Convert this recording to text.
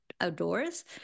Outdoors